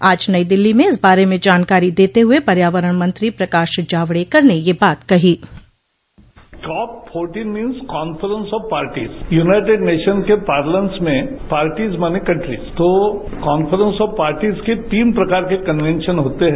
आज नई दिल्ली में इस बारे में जानकारी देते हुए पर्यावरण मंत्री प्रकाश जावड़ेकर ने यह बात कही COPs fourteen means conference of parties United Nations के पार्ललेंस में पार्टिज मायने कांट्रिज तो कांफ्रेंस ऑफ पार्टिज की तीन प्रकार के कन्वे षण होते हैं